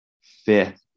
fifth